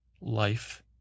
life